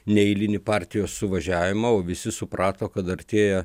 neeilinį partijos suvažiavimą o visi suprato kad artėja